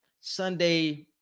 Sunday